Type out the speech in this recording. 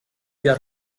via